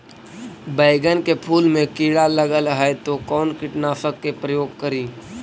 बैगन के फुल मे कीड़ा लगल है तो कौन कीटनाशक के प्रयोग करि?